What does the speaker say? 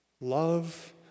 love